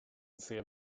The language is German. sehr